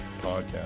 Podcast